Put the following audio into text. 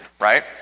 right